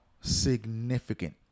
significant